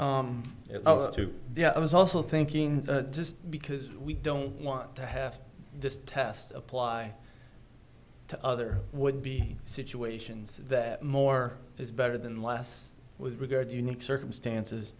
right yeah i was also thinking just because we don't want to have this test apply to other would be situations that more is better than less with regard to unique circumstances